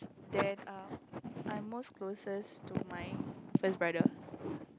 then err I'm most closest to my first brother